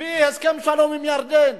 הביא הסכם שלום עם ירדן,